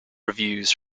reviews